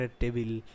table